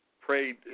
prayed